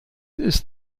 ist